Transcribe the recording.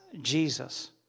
Jesus